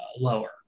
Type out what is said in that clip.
lower